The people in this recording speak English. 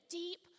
deep